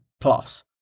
Plus